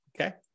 Okay